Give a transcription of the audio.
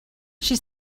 she